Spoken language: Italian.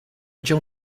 già